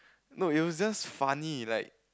no it was just funny like